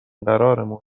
قرارمون